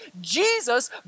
Jesus